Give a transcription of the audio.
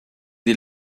sie